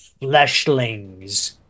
fleshlings